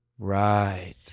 Right